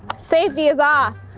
safety is off.